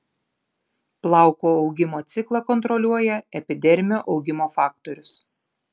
plauko augimo ciklą kontroliuoja epidermio augimo faktorius